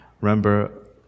Remember